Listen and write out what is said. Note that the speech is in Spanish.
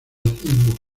racismo